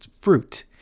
fruit